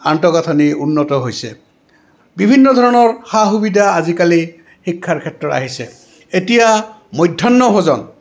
আন্তঃগাঁথনি উন্নত হৈছে বিভিন্ন ধৰণৰ সা সুবিধা আজিকালি শিক্ষাৰ ক্ষেত্ৰত আহিছে এতিয়া মধ্যাহ্ন ভোজন